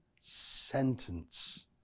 sentence